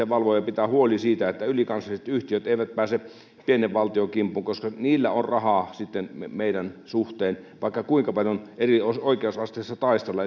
valvoa ja pitää huoli siitä että ylikansalliset yhtiöt eivät pääse pienen valtion kimppuun koska niillä on rahaa meidän suhteen vaikka kuinka paljon eri oikeusasteissa sitten taistella